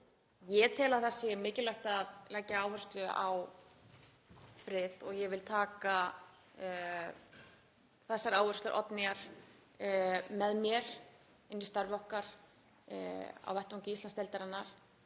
Ég tel að það sé mikilvægt að leggja áherslu á frið og ég vil taka þessar áherslur Oddnýjar með mér inn í starf okkar á vettvangi Íslandsdeildarinnar